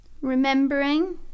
Remembering